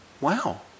Wow